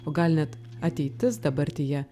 o gal net ateitis dabartyje